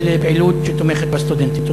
לפעילות שתומכת בסטודנטים.